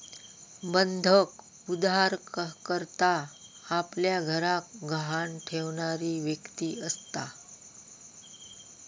बंधक उधारकर्ता आपल्या घराक गहाण ठेवणारी व्यक्ती असता